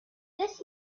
this